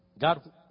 God